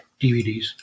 DVDs